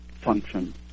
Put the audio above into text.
function